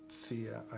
fear